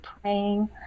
praying